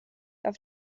auf